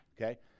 Okay